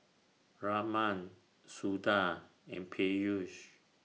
Raman Suda and Peyush